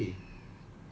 it's just that